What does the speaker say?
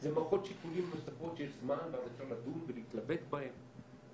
זה מערכות שיקולים נוספות שיש זמן וצריך לדון ולהתלבט בהן.